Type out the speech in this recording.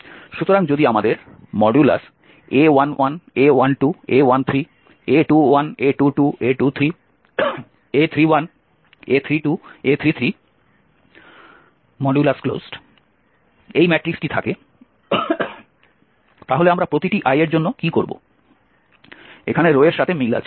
সুতরাং যদি আমাদের a11 a12 a13 a21 a22 a23 a31 a32 a33 এই ম্যাট্রিক্সটি থাকে তাহলে আমরা প্রতিটি i এর জন্য কি করব এখানে রো এর সাথে মিল আছে